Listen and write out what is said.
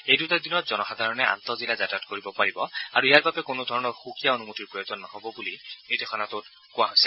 এই দুটা দিনত জনসাধাৰণে আন্তঃজিলা যাতায়ত কৰিব পাৰিব আৰু ইয়াৰ বাবে কোনো ধৰণৰ সুকীয়া অনুমতিৰ প্ৰয়োজন নহ'ব বুলি নিৰ্দেশনাটোত কোৱা হৈছে